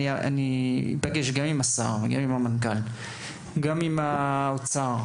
אני אפגש גם עם השר וגם עם המנכ"ל וגם עם אנשי משרד האוצר.